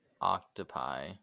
octopi